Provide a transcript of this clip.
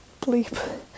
bleep